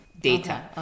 data